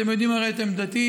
ואתם יודעים הרי את עמדתי: